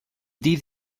did